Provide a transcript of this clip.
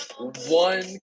one